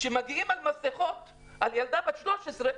כשמגיעים למסכות על ילדה בת 13,